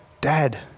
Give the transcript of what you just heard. Dad